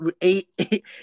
eight